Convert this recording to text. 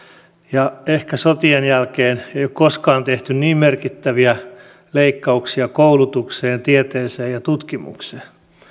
ja ehkä sotien jälkeen ei ole koskaan tehty niin merkittäviä leikkauksia koulutukseen tieteeseen ja tutkimukseen